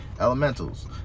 Elementals